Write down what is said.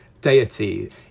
deity